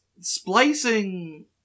splicing